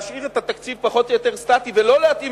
להשאיר את התקציב פחות או יותר סטטי ולא להתאים